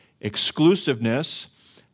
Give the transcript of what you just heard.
exclusiveness